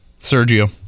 Sergio